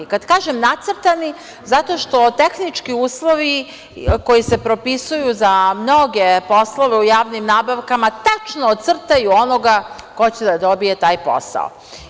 Kad kažem nacrtani zato što tehnički uslovi koji se propisuju za mnoge poslove u javnim nabavkama tačno crtaju onoga ko će da dobije taj posao.